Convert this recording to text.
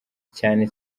cyane